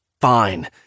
Fine